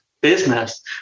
business